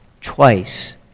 twice